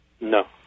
No